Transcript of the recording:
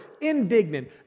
indignant